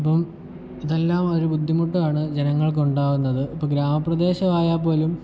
ഇപ്പം ഇതെല്ലം ഒരു ബുദ്ധിമുട്ടാണ് ജനങ്ങൾക്കുണ്ടാകുന്നത് ഇപ്പം ഗ്രാമപ്രദേശമായാൽ പോലും